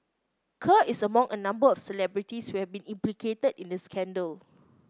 Kerr is among a number of celebrities who have been implicated in the scandal